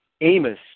Amos